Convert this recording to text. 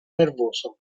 nervoso